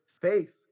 faith